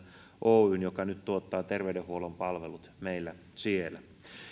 oyn joka nyt tuottaa terveydenhuollon palvelut siellä